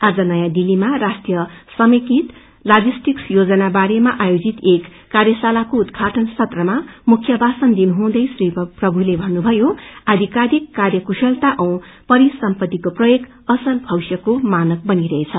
आज नयाँ दिल्लीमा राष्ट्रिय समेकित लाजिस्टिक्स योजना बारेमा आयोजित एक कार्यशालाको उद्धाटन सत्रमाम ुख्य भाषण दिनुहुँदै श्री प्रमुते भन्नुभयो आधिकारिक कार्य कुशलता औ परिसम्पत्तिको प्रयोग असज भविष्यको मानक बनिरहेछ